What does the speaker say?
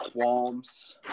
qualms